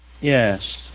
Yes